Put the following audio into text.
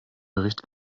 bericht